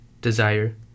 desire